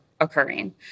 occurring